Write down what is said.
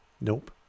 nope